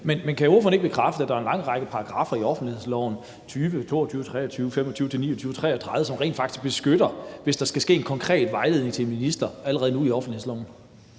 Men kan ordføreren ikke bekræfte, at der allerede nu er en lang række paragraffer i offentlighedsloven, 20, 22, 23, 25-29 og 33, som rent faktisk beskytter, hvis der skal ske en konkret vejledning til en minister? Kl. 11:45 Fjerde